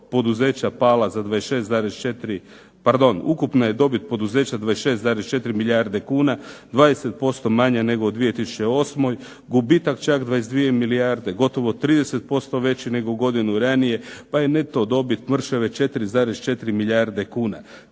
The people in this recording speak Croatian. poduzeća 26,4 milijarde kuna, 20% manja nego u 2008. gubitak čak 22 milijarde gotovo 30% veći nego godinu ranije. Pa je neto dobit mršave 4,4 milijarde kuna